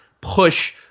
push